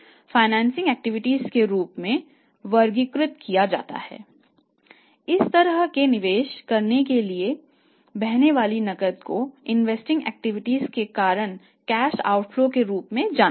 future forward option और swap contract के रूप में जाना जाता है